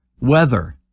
weather